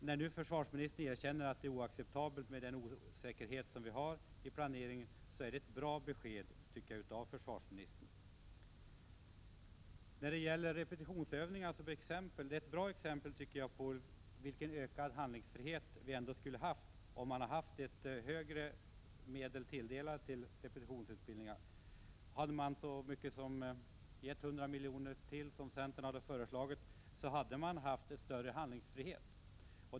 När nu försvarsministern erkänner att det är oacceptabelt med den osäkerhet som vi har i planeringen är det ett bra besked av honom. Repetitionsövningarna är ett bra exempel på att vi skulle ha haft ökad handlingsfrihet om anslagen hade varit högre till repetitionsutbildningar. Hade riksdagen anslagit 100 milj.kr. ytterligare, som centern föreslagit, hade vi haft större handlingsfrihet.